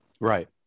Right